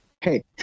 Hey